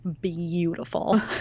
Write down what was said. beautiful